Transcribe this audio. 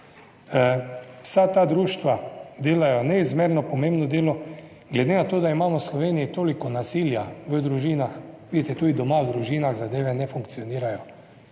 Vsa ta društva delajo neizmerno pomembno delo, glede na to, da imamo v Sloveniji toliko nasilja v družinah. Vidite tudi doma v družinah zadeve ne funkcionirajo.